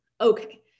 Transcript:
Okay